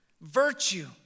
virtue